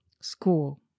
school